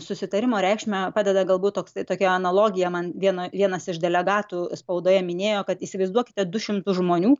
susitarimo reikšmę padeda galbūt toks tai tokia analogija man vieno vienas iš delegatų spaudoje minėjo kad įsivaizduokite du šimtus žmonių